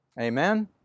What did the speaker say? Amen